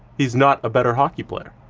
he's not a better hockey player.